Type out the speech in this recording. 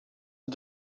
are